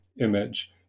image